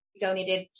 donated